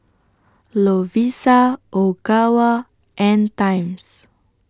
Lovisa Ogawa and Times